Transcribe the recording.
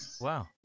Wow